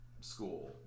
school